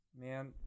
man